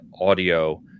audio